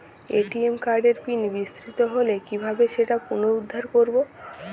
ATM কার্ডের PIN বিস্মৃত হলে কীভাবে সেটা পুনরূদ্ধার করব?